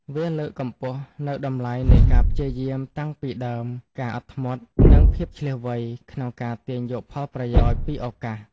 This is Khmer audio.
វាលើកកម្ពស់នូវតម្លៃនៃការព្យាយាមតាំងពីដើមការអត់ធ្មត់និងភាពឈ្លាសវៃក្នុងការទាញយកផលប្រយោជន៍ពីឱកាស។